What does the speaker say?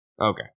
Okay